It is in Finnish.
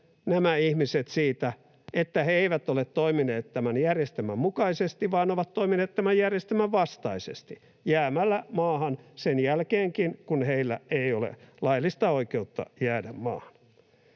nämä ihmiset siitä, että he eivät ole toimineet tämän järjestelmän mukaisesti vaan ovat toimineet tämän järjestelmän vastaisesti jäämällä maahan sen jälkeenkin, kun heillä ei ole laillista oikeutta jäädä maahan.